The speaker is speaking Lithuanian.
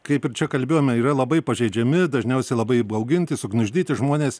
kaip ir čia kalbėjome yra labai pažeidžiami dažniausiai labai įbauginti sugniuždyti žmonės